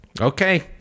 okay